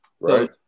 right